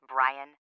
Brian